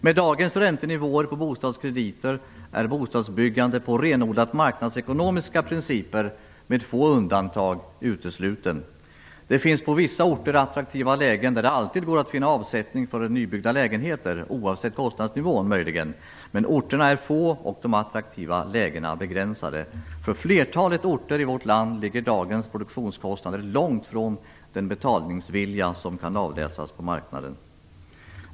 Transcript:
Med dagens räntenivåer på bostadskrediter är bostadsbyggande på renodlat marknadsekonomiska principer med få undantag utesluten. Det finns på vissa orter attraktiva lägen där det alltid går att finna avsättning för nybyggda lägenheter oavsett kostnadsnivån. Men orterna är få, och de attraktiva lägena är begränsade. I flertalet orter i vårt land ligger dagens produktionskostnader långt från den betalningsvilja som kan avläsas på marknaden.